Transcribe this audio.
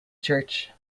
church